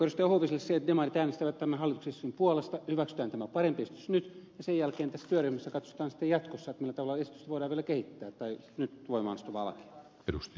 huoviselle se että demarit äänestävät tämän hallituksen esityksen puolesta hyväksytään tämä parempi esitys nyt ja sen jälkeen tässä työryhmässä katsotaan sitten jatkossa millä tavalla nyt voimaan astuvaa lakia voidaan vielä kehittää